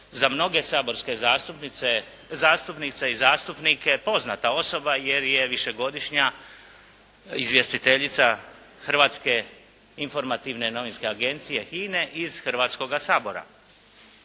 za mnoge saborske zastupnice, zastupnice i zastupnike poznata osoba jer je višegodišnja izvjestiteljica Hrvatske informativne novinske agencije HINA-e iz Hrvatskoga sabora.